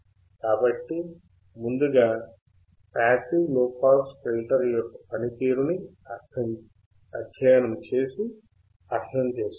కాబట్టి ముందుగా passive low pass filter యొక్క పనితీరుని అధ్యయనం చేసి అర్థం చేసుకుందాము